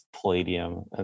Palladium